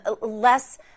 less